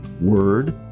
word